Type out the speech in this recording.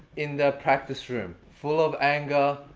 in their practice room. full of anger,